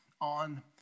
on